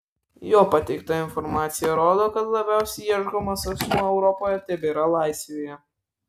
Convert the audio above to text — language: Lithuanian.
jo pateikta informacija rodo kad labiausiai ieškomas asmuo europoje tebėra laisvėje